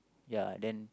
ya then